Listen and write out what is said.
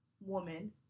woman